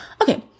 Okay